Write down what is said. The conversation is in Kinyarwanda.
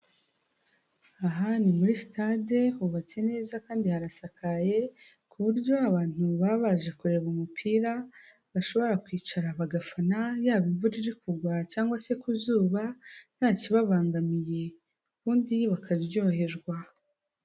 Aha ni muri sitade hubatse neza kandi harasakaye ku buryo abantu baba baje kureba umupira, bashobora kwicara bagafana yaba imvura iri kugwa cyangwa se ku zuba, ntakibabangamiye, ubundi bakaryoherwa.